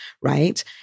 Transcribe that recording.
right